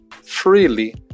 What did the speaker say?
freely